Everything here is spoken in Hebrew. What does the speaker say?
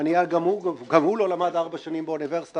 גם הוא לא למד ארבע שנים באוניברסיטה,